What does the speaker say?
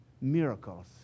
miracles